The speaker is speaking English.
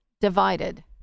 divided